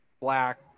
black